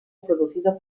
producido